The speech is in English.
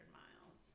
miles